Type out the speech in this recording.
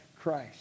Christ